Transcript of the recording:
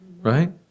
Right